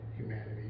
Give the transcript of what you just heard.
humanity